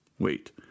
Wait